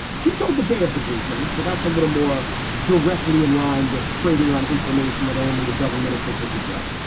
she sold the day of the briefing. so that's a little more directly in line with trading on information that only a government official could get.